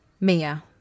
Mia